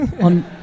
On